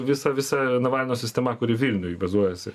visa visa navalno sistema kuri vilniuj bazuojasi